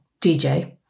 DJ